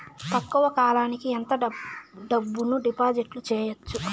తక్కువ కాలానికి ఎంత డబ్బును డిపాజిట్లు చేయొచ్చు?